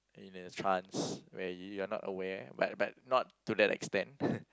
in a trance where you are not aware but but not to that extent